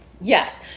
Yes